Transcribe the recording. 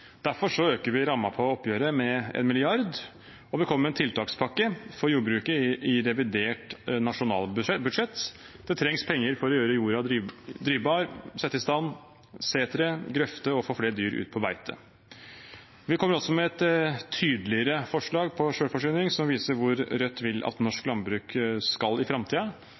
Derfor øker vi rammen på oppgjøret med 1 mrd. kr, og vi kommer med en tiltakspakke for jordbruket i revidert nasjonalbudsjett. Det trengs penger for å gjøre jorden drivbar, sette i stand setre, grøfte og får flere dyr ut på beite. Vi kommer også med et tydeligere forslag om selvforsyning, som viser hvor Rødt vil at norsk landbruk skal i